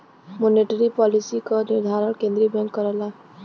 monetary policy क निर्धारण केंद्रीय बैंक करला